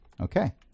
Okay